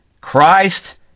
Christ